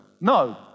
No